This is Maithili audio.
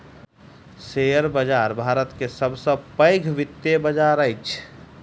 शेयर बाजार भारत के सब सॅ पैघ वित्तीय बजार अछि